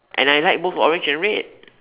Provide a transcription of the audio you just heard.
and I like both orange and red